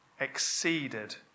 exceeded